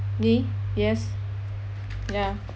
me yes ya